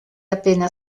appena